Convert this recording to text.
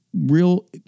real